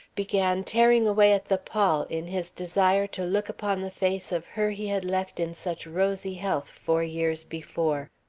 began tearing away at the pall in his desire to look upon the face of her he had left in such rosy health four years before.